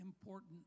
important